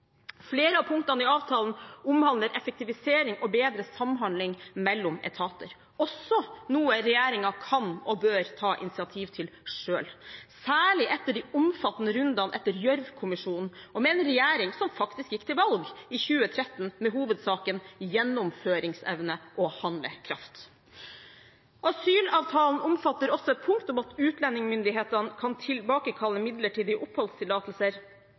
Flere av punktene i avtalen omhandler effektivisering og bedre samhandling mellom etater, og er også noe regjeringen kan og bør ta initiativ til selv, særlig etter de omfattende rundene etter Gjørv-kommisjonen og med en regjering som faktisk gikk til valg i 2013 med hovedsaken gjennomføringsevne og handlekraft. Asylavtalen omfatter også et punkt om at utlendingsmyndighetene kan tilbakekalle midlertidige oppholdstillatelser